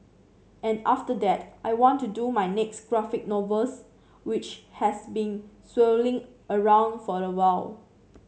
and after that I want do my next graphic novels which has been swirling around for a while